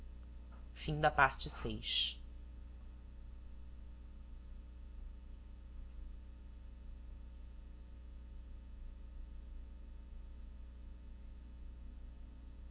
a dos reis